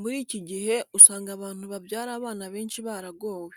Muri iki gihe usanga abantu babyara abana benshi baragowe.